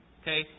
Okay